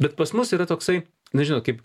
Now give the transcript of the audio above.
bet pas mus yra toksai na žinot kaip